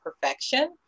perfection